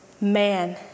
man